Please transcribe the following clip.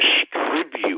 distribute